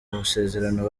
masezerano